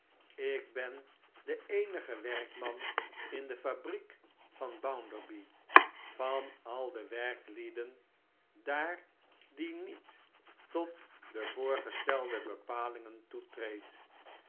ik ben de eenige werkman in de fabriek van bounderby van al de werklieden daar die niet tot de voorgestelde bepalingen toetreed